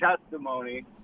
testimony